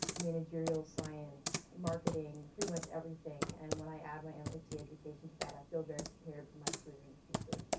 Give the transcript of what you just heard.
managerial science, marketing, pretty much everything. and when i add my mit education to that, i feel very prepared for my career and future.